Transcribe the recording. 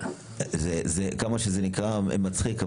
זה כמה שזה נקרא מצחיק,